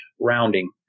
rounding